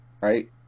right